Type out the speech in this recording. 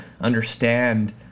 understand